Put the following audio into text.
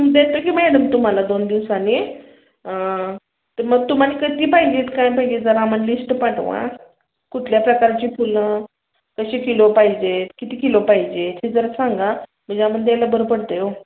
देते की मॅडम तुम्हाला दोन दिवसांनी तर मग तुम्हाला कधी पाहिजे आहेत काय पाहिजे जरा आम्हाला लिश्ट पाठवा कुठल्या प्रकारची फुलं कशी किलो पाहिजे आहेत किती किलो पाहिजे आहेत ते जरा सांगा म्हणजे आम्हाला द्यायला बरं पडतं आहे हो